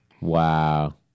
Wow